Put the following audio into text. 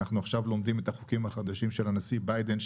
אנחנו עכשיו לומדים את החוקים החדשים של הנשיא ביידן,